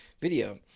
video